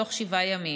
בתוך שבעה ימים.